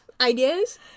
ideas